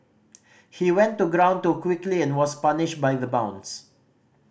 he went to ground too quickly and was punished by the bounce